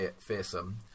fearsome